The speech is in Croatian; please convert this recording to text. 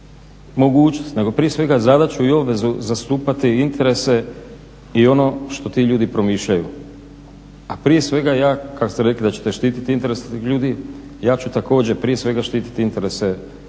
mogućnost nego prije svega zadaću i obvezu zastupati interese i ono što ti ljudi promišljaju, a prije svega ja kako ste rekli da ćete štititi interese tih ljudi, ja ću također prije svega štititi interese cijele